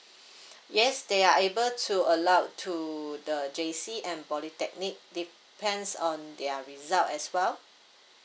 yes they are able to allowed to the J_C and polytechnic depends on their result as well